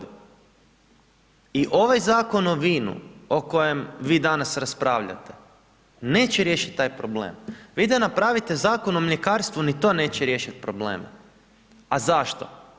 I ovaj Zakon o vinu o kojem vi danas raspravljate, neće riješit taj problem, vi da napravite Zakon o mljekarstvu, ni to neće riješit probleme, a zašto?